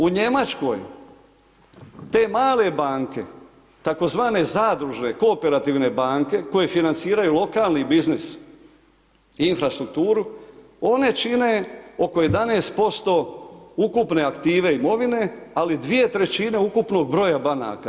U Njemačkoj te male banke tzv. zadružne, kooperativne banke koje financiraju lokalni biznis i infrastrukturu, one čine oko 11% ukupne aktive imovine, ali 2/3 ukupnog broja banaka.